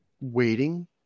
waiting